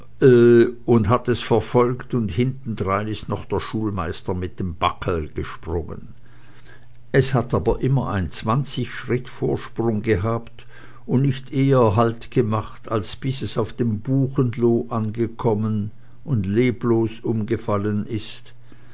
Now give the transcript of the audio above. und hat es verfolget und hintendrein ist noch der schulmeister mit dem bakel gesprungen es hat aber immer ein zwanzig schritt vorsprung gehabt und nicht eher halt gemacht als bis es auf dem buchenloo angekommen und leblos umgefallen ist